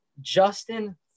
Justin